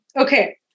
okay